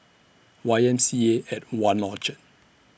Y M C A At one Orchard